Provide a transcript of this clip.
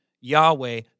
Yahweh